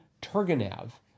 Turgenev